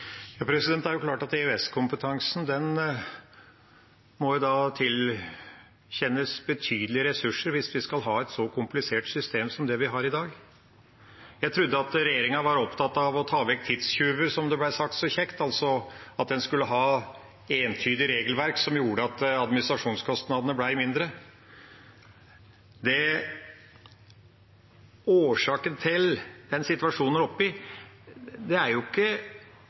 Det er klart at EØS-kompetansen må tilkjennes betydelige ressurser, hvis vi skal ha et så komplisert system som det vi har i dag. Jeg trodde at regjeringa var opptatt av å ta vekk tidstyver, som det ble sagt så kjekt, altså at man skulle ha entydige regelverk som gjorde at administrasjonskostnadene ble mindre. Årsaken til den situasjonen vi er oppe i, er ikke